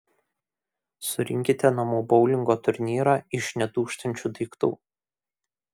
surenkite namų boulingo turnyrą iš nedūžtančių daiktų